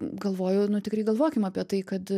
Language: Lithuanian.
galvoju nu tikrai galvokim apie tai kad